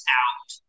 out